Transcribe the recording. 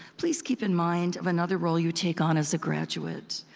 please keep in mind of another role you take on as a graduate.